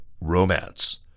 romance